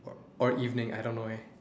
or evening I don't know eh